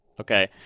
Okay